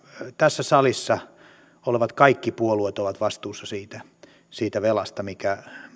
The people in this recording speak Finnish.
tässä salissa olevat kaikki puolueet ovat vastuussa siitä siitä velasta minkä